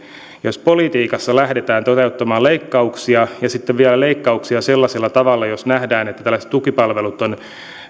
jos politiikassa lähdetään toteuttamaan leikkauksia ja sitten vielä leikkauksia sellaisella tavalla että nähdään että tällaiset tukipalvelut